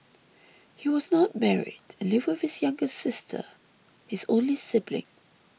he was not married and lived with his younger sister his only sibling